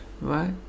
right